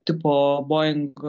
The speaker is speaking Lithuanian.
tipo boing